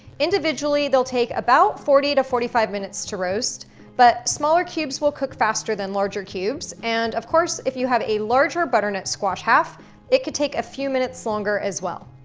individually they'll take about forty forty five minutes to roast but smaller cubes will cook faster than larger cubes and of course, if you have a larger butternut squash half it can take a few minutes longer as well.